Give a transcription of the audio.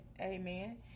Amen